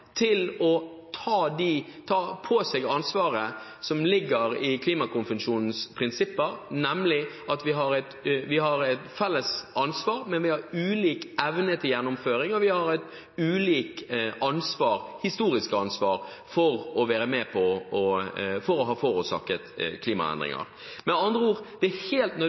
å ta på seg ansvaret som ligger i Klimakonvensjonens prinsipper, nemlig at vi har et felles ansvar, men vi har ulik evne til gjennomføring, og vi har et ulikt historisk ansvar for å ha forårsaket klimaendringer. Med andre ord: Det er helt